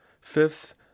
fifth